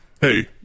hey